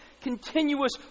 continuous